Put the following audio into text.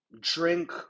drink